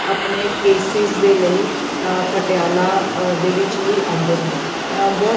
ਆਪਣੇ ਕੇਸਿਸ ਦੇ ਲਈ ਪਟਿਆਲਾ ਦੇ ਵਿੱਚ ਹੀ ਆਉਂਦੇ ਨੇ ਬਹੁਤ